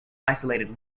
isolated